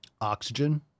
Oxygen